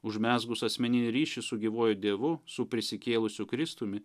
užmezgus asmeninį ryšį su gyvuoju dievu su prisikėlusiu kristumi